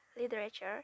literature